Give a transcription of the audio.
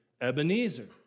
Ebenezer